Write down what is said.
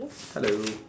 hello